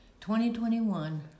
2021